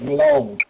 long